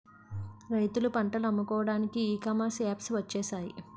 రైతులు పంటలు అమ్ముకోవడానికి ఈ కామర్స్ యాప్స్ వచ్చేసాయి